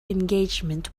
engagement